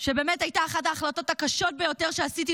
באמת זאת הייתה אחת ההחלטות הקשות ביותר שעשיתי,